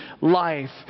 life